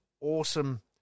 awesome